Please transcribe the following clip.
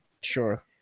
Sure